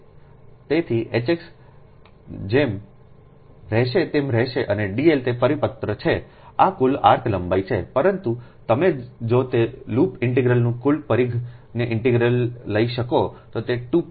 તેથી H x જેમ રહેશે તેમ રહેશે અને dl તે પરિપત્ર છે આ કુલ આર્ક લંબાઈ છે પરંતુ તમે જો તે લૂપ ઇન્ટિગ્રલના કુલ પરિઘને ઇન્ટિગ્રલ લઈ શકો તો તે 2πx હશે